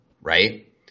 right